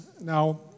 Now